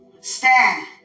stand